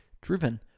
driven